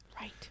Right